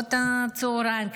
בשעות הצוהריים,